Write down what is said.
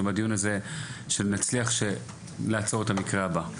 מהדיון הזה על מנת שנצליח למנוע את המקרה הבא.